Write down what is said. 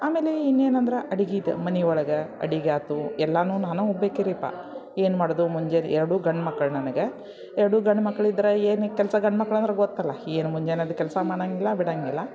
ಆಮೇಲೆ ಇನ್ನೇನಂದ್ರೆ ಅಡಿಗಿದು ಮನೆ ಒಳಗೆ ಅಡಿಗೆ ಆಯ್ತು ಎಲ್ಲನೂ ನಾನೇ ಹೋಗ್ಬೇಕರಿ ಪ ಏನು ಮಾಡುದು ಮುಂಜಾನೆ ಎರಡೂ ಗಂಡ ಮಕ್ಕಳು ನನ್ಗೆ ಎರಡೂ ಗಂಡು ಮಕ್ಕಳಿದ್ರೆ ಏನೀ ಕೆಲಸ ಗಂಡ ಮಕ್ಕಳಂದ್ರೆ ಗೊತ್ತಲ್ಲ ಏನು ಮುಂಜಾನೆಯದ್ದು ಕೆಲಸ ಮಾಡಂಗಿಲ್ಲ ಬಿಡಂಗಿಲ್ಲ